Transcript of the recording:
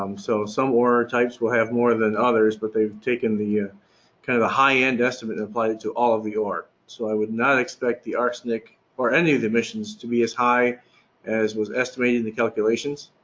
um so some ore types will have more than others but they've taken the, yeah kind of the high end estimate and applied it to all of the ore. so i would not expect the arsenic or any of the emissions to be as high as was estimated in the calculations.